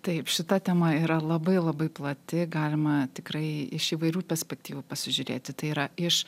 taip šita tema yra labai labai plati galima tikrai iš įvairių perspektyvų pasižiūrėti tai yra iš